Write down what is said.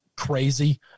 crazy